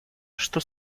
что